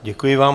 Děkuji vám.